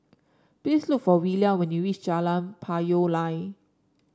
please look for Willia when you reach Jalan Payoh Lai